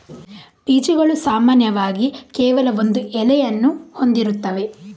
ಬೀಜಗಳು ಸಾಮಾನ್ಯವಾಗಿ ಕೇವಲ ಒಂದು ಎಲೆಯನ್ನು ಹೊಂದಿರುತ್ತವೆ